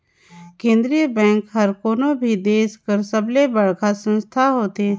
केंद्रीय बेंक हर कोनो भी देस कर सबले बड़खा संस्था होथे